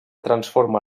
transforma